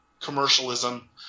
commercialism